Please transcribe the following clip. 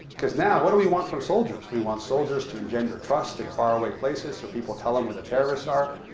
because now what do we want from soldiers? we want soldiers to engender trust in faraway places so people tell them where the terrorists are.